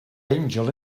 angel